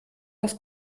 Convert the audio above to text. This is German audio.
das